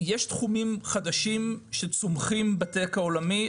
יש תחומים חדשים שצומחים בטק העולמי.